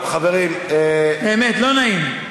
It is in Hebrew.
באמת, לא נעים.